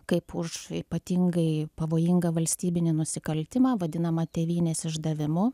kaip už ypatingai pavojingą valstybinį nusikaltimą vadinamą tėvynės išdavimu